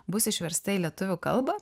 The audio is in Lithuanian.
bus išversta į lietuvių kalbą